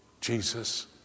Jesus